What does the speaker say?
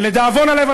לדאבון הלב,